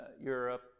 Europe